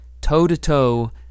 toe-to-toe